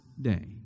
day